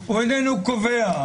הוא איננו קובע.